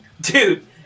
Dude